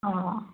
অঁ